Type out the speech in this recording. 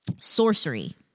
Sorcery